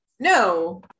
No